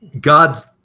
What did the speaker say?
God